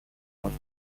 north